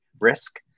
risk